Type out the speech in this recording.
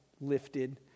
lifted